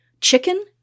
chicken